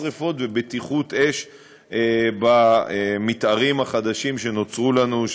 שרפות ובטיחות אש במתארים החדשים שנוצרו לנו,